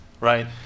right